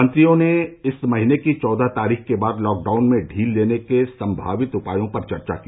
मंत्रियों ने इस महीने की चौदह तारीख के बाद लॉकडाउन में ढील देने के सभावित उपायों पर चर्चा की